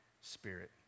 spirit